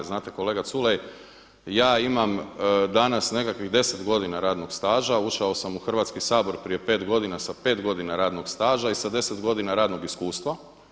Znate kolega Culej, ja imam danas nekakvih deset godina radnog staža, ušao sam u Hrvatski sabor prije pet godina sa pet godina radnog staža i sa deset godina radnog iskustva.